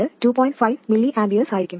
5 mA ആയിരിക്കും